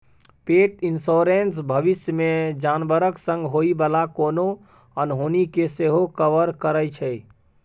पेट इन्स्योरेन्स भबिस मे जानबर संग होइ बला कोनो अनहोनी केँ सेहो कवर करै छै